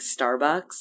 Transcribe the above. Starbucks